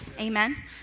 Amen